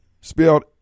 spelled